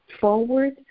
forward